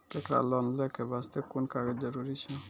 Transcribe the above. केकरो लोन लै के बास्ते कुन कागज जरूरी छै?